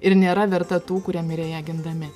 ir nėra verta tų kurie mirė ją gindami